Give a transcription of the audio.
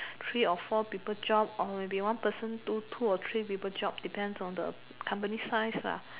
three or four people job or maybe one person do two or three people job depends on the company size lah